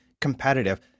Competitive